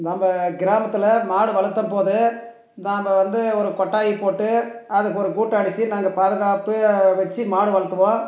நம்ம கிராமத்தில் மாடு வளர்த்தப் போது நாங்கள் வந்து ஒரு கொட்டாய் போட்டு அதுக்கு ஒரு கூட்டு அடித்து நாங்கள் பாதுகாப்பு வெச்சு மாடு வளர்த்துக்குவோம்